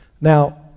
Now